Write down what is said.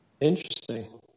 Interesting